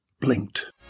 Blinked